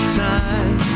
time